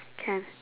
can